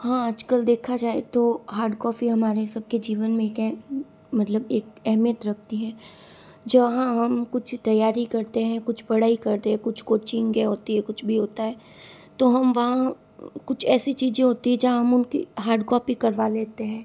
हाँ आज कल देखा जाए तो हार्ड कॉफ़ी हमारे सब के जीवन में क्या है मतलब एक एहमियत रखती है जहाँ हम कुछ तैयारी करते हैं कुछ पढ़ाई करते हैं कुछ कोचिंग ये होती है कुछ भी होता है तो हम वहाँ कुछ ऐसी चीज़ें होती हैं जहाँ उनकी हार्ड कॉपी करवा लेते हैं